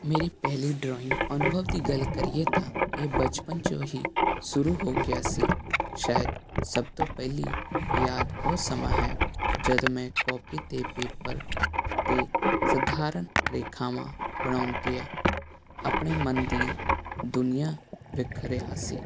ਮੇਰੀ ਪਹਿਲੀ ਡਰੋਇੰਗ ਅਨੁਭਵ ਦੀ ਗੱਲ ਕਰੀਏ ਤਾਂ ਇਹ ਬਚਪਨ 'ਚੋ ਹੀ ਸ਼ੁਰੂ ਹੋ ਗਿਆ ਸੀ ਸ਼ਾਇਦ ਸਭ ਤੋਂ ਪਹਿਲੀ ਯਾਦ ਉਹ ਸਮਾਂ ਹੈ ਜਦ ਮੈਂ ਕੋਪੀ ਅਤੇ ਪੇਪਰ 'ਤੇ ਸਧਾਰਨ ਰੇਖਾਵਾਂ ਬਣਾਉਂਦਿਆਂ ਆਪਣੇ ਮਨ ਦੀ ਦੁਨੀਆਂ ਵਿਖ ਰਿਹਾ ਸੀ